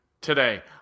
today